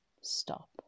stop